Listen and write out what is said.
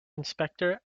inspector